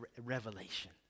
revelation